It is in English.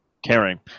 Caring